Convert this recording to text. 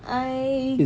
I